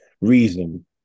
reason